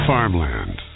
Farmland